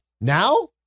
Now